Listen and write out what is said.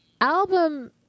album